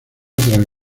tras